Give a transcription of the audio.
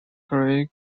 grey